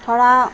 ধৰা